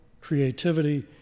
creativity